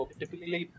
typically